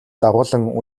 дагуулан